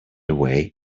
away